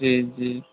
جی جی